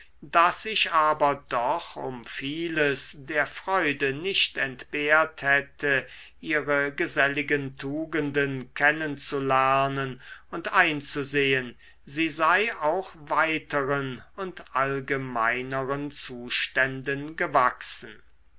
daß ich aber doch um vieles der freude nicht entbehrt hätte ihre geselligen tugenden kennen zu lernen und einzusehen sie sei auch weiteren und allgemeineren zuständen gewachsen